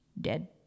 dead